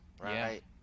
right